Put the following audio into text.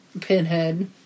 Pinhead